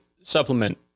supplement